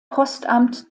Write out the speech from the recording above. postamt